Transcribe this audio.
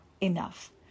enough